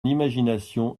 imagination